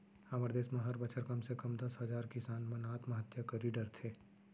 हमर देस म हर बछर कम से कम दस हजार किसान मन आत्महत्या करी डरथे